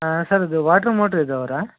sir ಇದು water ಮೋಟ್ರಿಂದ್ ಅವರಾ